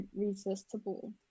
irresistible